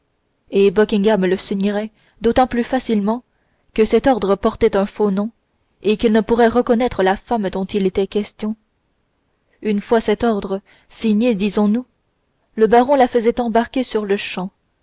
et buckingham le signerait d'autant plus facilement que cet ordre portait un faux nom et qu'il ne pourrait reconnaître la femme dont il était question une fois cet ordre signé disons-nous le baron la faisait embarquer sur-le-champ